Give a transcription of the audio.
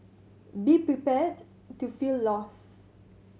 be prepared to feel lost